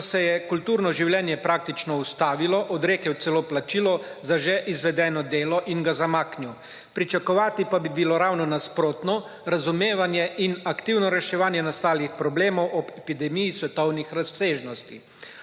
ko se je kulturno življenje praktično ustavilo, odrekel celo plačilu za že izvedeno delo in ga zamaknil, pričakovati pa bi bilo ravno nasprotno, razumevanje in aktivno reševanje nastalih problemov ob epidemiji svetovnih razsežnosti,